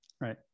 Right